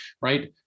right